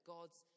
God's